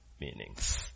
meanings